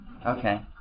Okay